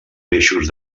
peixos